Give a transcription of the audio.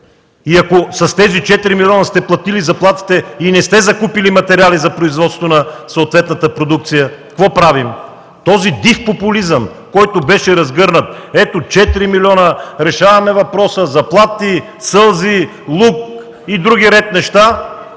и ако с тези 4 милиона сте платили заплатите и не сте закупили материали за производство на съответната продукция, какво правим? Този див популизъм, който беше разгърнат – ето, 4 милиона, решаваме въпроса – заплати, сълзи, лук и други ред неща,